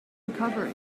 recovery